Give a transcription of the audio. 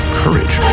courage